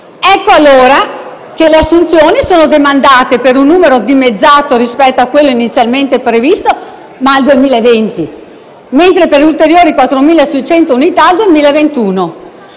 Ecco allora che le assunzioni sono demandate per un numero dimezzato rispetto a quello inizialmente previsto al 2020, mentre per ulteriori 4.600 unità al 2021.